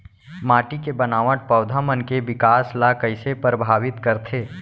माटी के बनावट पौधा मन के बिकास ला कईसे परभावित करथे